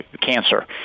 cancer